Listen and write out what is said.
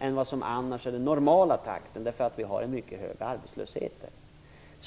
än vad som är den normala takten på grund av den mycket höga arbetslösheten.